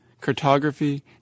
Cartography